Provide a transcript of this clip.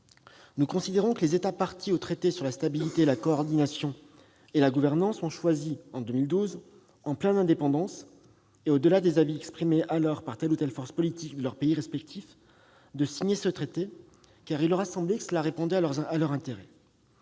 Nous estimons que les États parties au traité sur la stabilité, la coordination et la gouvernance ont choisi, en mars 2012, et en pleine indépendance, au-delà des avis exprimés alors par telle ou telle force politique de leurs pays respectifs, de signer ce traité, car il leur a semblé que cela répondait à leurs intérêts.